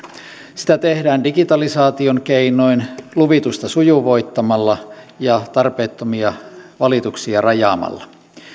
sitä tehdään digitalisaation keinoin luvitusta sujuvoittamalla ja tarpeettomia valituksia rajaamalla